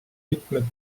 mitmed